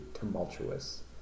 tumultuous